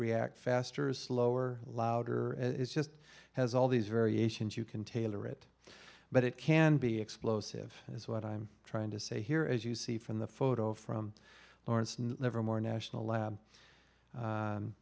react faster or slower louder and it's just has all these variations you can tailor it but it can be explosive is what i'm trying to say here as you see from the photo from lawrence livermore national lab